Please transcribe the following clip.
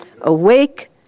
Awake